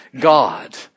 God